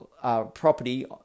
property